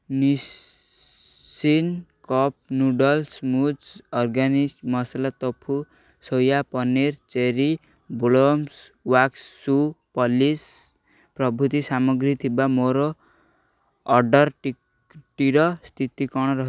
Nissin cup noodles ମୂଜ organic masala tofu soya paneer cherry blossom wax shoe polish ପ୍ରଭୃତି ସାମଗ୍ରୀ ଥିବା ମୋ ଅର୍ଡ଼ର୍ଟିର ସ୍ଥିତି କ'ଣ ରହିଛି